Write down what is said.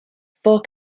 four